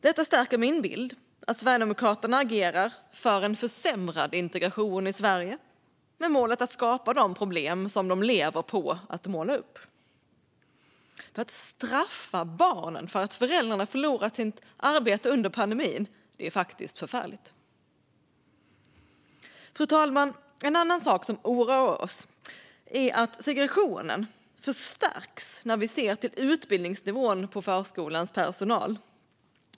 Detta stärker min bild att Sverigedemokraterna agerar för en försämrad integration i Sverige, med målet att skapa de problem som man lever på att måla upp. Att straffa barnen för att föräldrarna förlorat sina arbeten under pandemin är faktiskt förfärligt. Fru talman! En annan sak som oroar oss är att segregationen förstärks när vi ser till utbildningsnivån på förskolans personal.